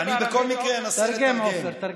תרגם עופר, תרגם.